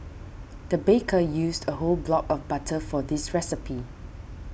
the baker used a whole block of butter for this recipe